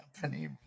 Company